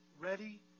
Ready